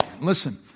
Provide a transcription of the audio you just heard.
Listen